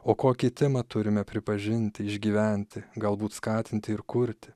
o ko kitimą turime pripažinti išgyventi galbūt skatinti ir kurti